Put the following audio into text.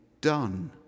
done